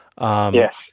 Yes